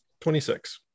26